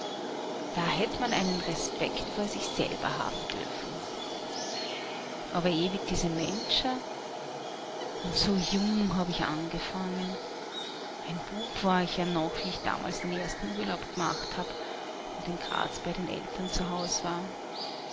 da hätt man einen respekt vor sich selber haben dürfen aber ewig diese menscher und so jung hab ich angefangen ein bub war ich ja noch wie ich damals den ersten urlaub gehabt hab und in graz bei den eltern zu haus war